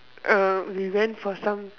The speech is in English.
uh we went for some